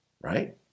Right